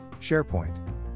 SharePoint